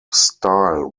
style